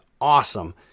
awesome